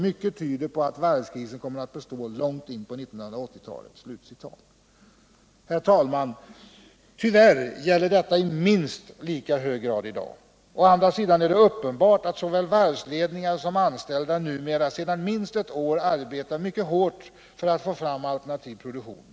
Mycket tyder på att varvskrisen kommer att bestå långt in på 1980-talet.” Herr talman! Tyvärr gäller detta i minst lika hög grad i dag. Å andra sidan är det uppenbart att såväl varvsledningar som anställda numera sedan minst ett år arbetar mycket hårt för att få fram alternativ produktion.